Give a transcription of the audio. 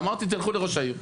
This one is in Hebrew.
אמרתי תלכו לראש העיר.